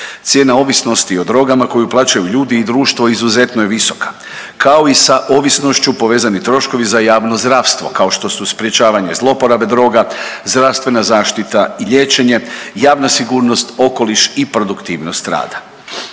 Cijena ovisnosti o drogama koju plaćaju ljudi i društvo izuzetno je visoka, kao i sa ovisnošću povezani troškovi za javno zdravstvo kao što su sprječavanje zloporabe droga, zdravstvena zaštita i liječenje, javna sigurnost, okoliš i produktivnost rada.